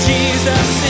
Jesus